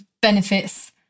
benefits